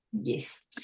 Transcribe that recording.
Yes